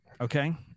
Okay